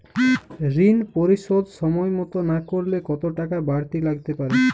ঋন পরিশোধ সময় মতো না করলে কতো টাকা বারতি লাগতে পারে?